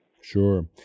Sure